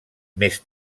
més